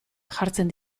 jartzen